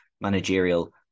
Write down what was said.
managerial